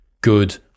good